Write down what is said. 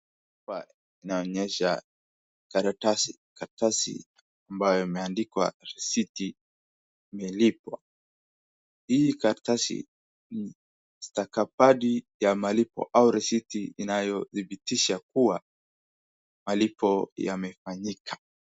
Hapa inaonyesha karatasi, karatasi ambayo imeandikwa risiti imelipwa. Hii karatasi ni stakabadhi ya malipo au risiti inayodhibitisha kuwa malipo yamefanyika.